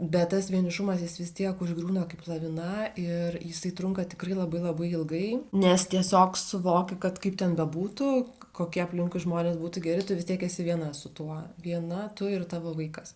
bet tas vienišumas jis vis tiek užgriūna kaip lavina ir jisai trunka tikrai labai labai ilgai nes tiesiog suvoki kad kaip ten bebūtų kokie aplinkui žmonės būtų geri tu vis tiek esi viena su tuo viena tu ir tavo vaikas